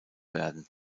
werden